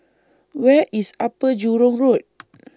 Where IS Upper Jurong Road